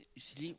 sleep